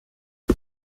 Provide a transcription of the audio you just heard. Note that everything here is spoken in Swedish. det